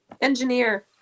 engineer